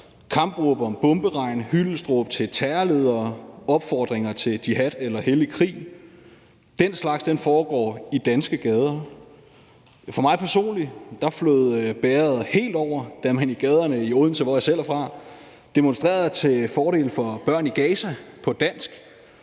kampråb om bomberegn, hyldestråb til terrorledere og opfordringer til jihad eller hellig krig. Den slags foregår i danske gader. For mig personligt flød bægeret helt over, da man i gaderne i Odense, hvor jeg selv er fra, demonstrerede til fordel for børn i Gaza på dansk,